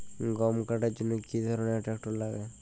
গম কাটার জন্য কি ধরনের ট্রাক্টার লাগে?